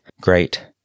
great